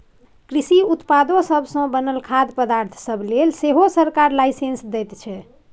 कृषि उत्पादो सब सँ बनल खाद्य पदार्थ सब लेल सेहो सरकार लाइसेंस दैत छै